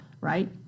right